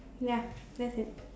ya that's it